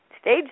stage